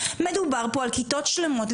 מדובר פה על כיתות שלמות,